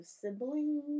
siblings